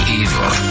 evil